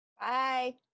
Bye